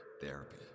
Therapy